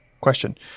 question